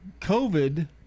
covid